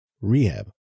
rehab